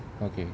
okay